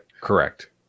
correct